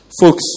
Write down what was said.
Folks